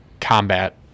combat